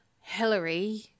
Hillary